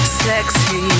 sexy